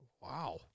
Wow